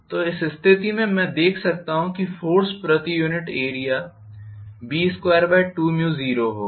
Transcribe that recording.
तो इस स्थिति में मैं देख सकता हूं कि फोर्स प्रति यूनिट एरिया B220 होगा